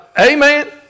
Amen